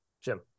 Jim